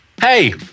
Hey